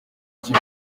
ikipe